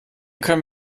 können